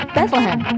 Bethlehem